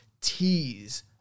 tease